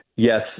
Yes